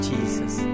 Jesus